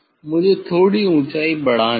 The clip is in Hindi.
मुझे थोड़ी ऊंचाई बढ़ानी है